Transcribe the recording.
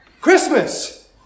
Christmas